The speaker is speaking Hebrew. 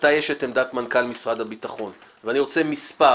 מתי תהיה עמדת מנכ"ל משרד הביטחון ואני רוצה מספר.